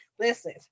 listen